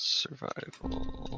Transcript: survival